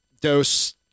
dose